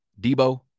Debo